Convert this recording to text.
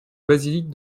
basilique